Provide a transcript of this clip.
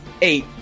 Eight